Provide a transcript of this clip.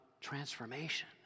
transformation